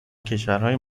کشورهای